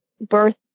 birth